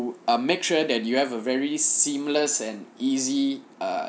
err make sure that you have a very seamless and easy uh